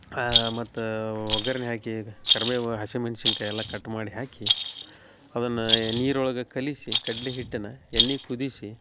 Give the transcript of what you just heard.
ಮತ್ತು ಒಗ್ಗರ್ಣಿ ಹಾಕೀದ ಕರಿಬೇವು ಹಶೆಮೆಣ್ಶಿನ್ಕಾಯಿ ಎಲ್ಲ ಕಟ್ ಮಾಡಿ ಹಾಕಿ ಅದನ್ನ ಏ ನೀರೊಳಗ ಕಲಿಸಿ ಕಡ್ಲಿ ಹಿಟ್ಟನ್ನ ಎಣ್ಣಿ ಕುದಿಸಿ